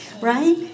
right